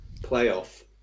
playoff